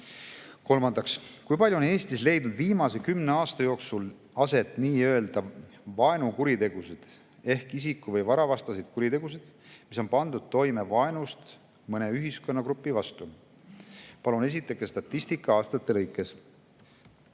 Kolmas küsimus: "Kui palju on Eestis leidnud viimase kümne aasta jooksul aset nö vaenukuritegusid, ehk isiku- või varavastaseid kuritegusid, mis on pandud toime vaenust mõne ühiskonnagrupi vastu? Palun esitage statistika aastate lõikes."